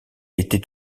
était